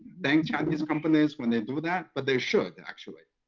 thank chinese companies when they do that, but they should, actually.